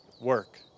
work